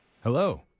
Hello